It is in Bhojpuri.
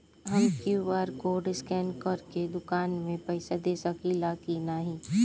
हम क्यू.आर कोड स्कैन करके दुकान में पईसा दे सकेला की नाहीं?